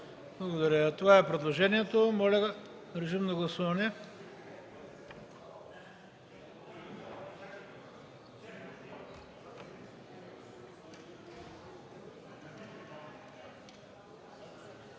Благодаря. Това е предложението, моля, режим на гласуване.